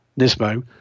Nismo